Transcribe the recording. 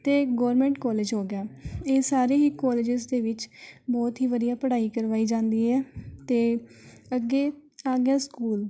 ਅਤੇ government college ਹੋ ਗਿਆ ਇਹ ਸਾਰੇ ਹੀ ਕੋਲਜਿਜ਼ ਦੇ ਵਿੱਚ ਬਹੁਤ ਹੀ ਵਧੀਆ ਪੜ੍ਹਾਈ ਕਰਵਾਈ ਜਾਂਦੀ ਹੈ ਅਤੇ ਅੱਗੇ ਆ ਗਿਆ ਸਕੂਲ